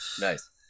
Nice